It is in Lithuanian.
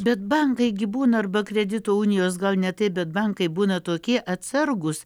bet bankai gi būna arba kredito unijos gal ne taip bet bankai būna tokie atsargūs